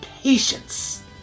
patience